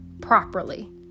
properly